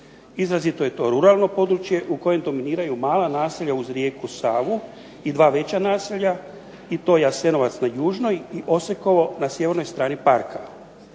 Izrazito je to ruralno područje u kojem dominiraju mala naselja uz rijeku Savu i dva veća naselja i to je Jasenovac na južnoj i Osekovo na sjevernoj strani Parka.